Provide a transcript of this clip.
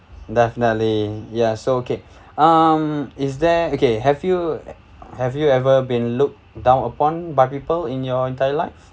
definitely ya so okay um is there okay have you have you ever been looked down upon by people in your entire life